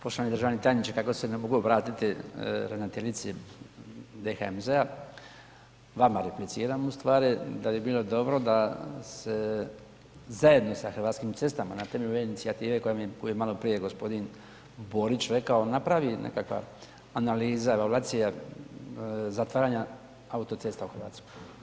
Poštovani državni tajniče, kako se ne mogu obratiti ravnateljici DHMZ-a, vama repliciram u stvari, da bi bilo dobro da se zajedno sa Hrvatskim cestama na temelju ove inicijative koju je maloprije g. Borić rekao, napravi nekakva analiza, evolvacija zatvaranja autocesta u RH.